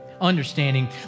understanding